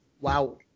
wow